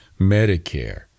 Medicare